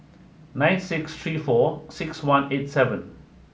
nine six three four six one eight seven